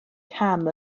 cam